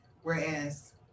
whereas